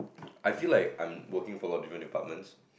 I feel like I'm working for alot of different departments